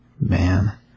Man